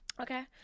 Okay